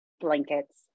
blankets